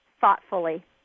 thoughtfully